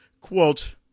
quote